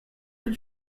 did